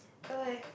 okay